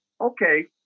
okay